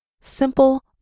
Simple